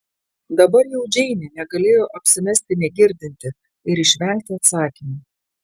dabar jau džeinė negalėjo apsimesti negirdinti ir išvengti atsakymo